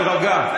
תירגע.